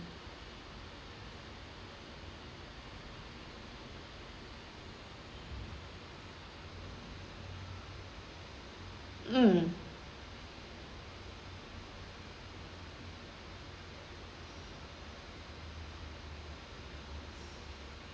mm